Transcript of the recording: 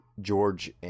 George